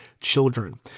children